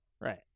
Right